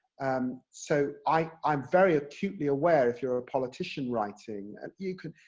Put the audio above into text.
um so i, i'm very acutely aware, if you're a politician writing, and you can,